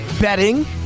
betting